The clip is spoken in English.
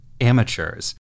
amateurs